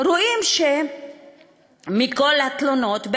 רואים שמכל התלונות,